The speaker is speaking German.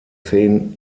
zehn